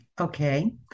Okay